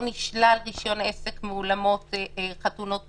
לא נשלל רישיון עסק מאולמות חתונות פתוחים,